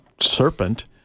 serpent